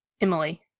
emily